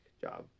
job